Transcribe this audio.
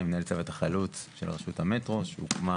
אני מנהל צוות החלוץ של רשות המטרו שהוקמה